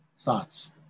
thoughts